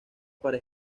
para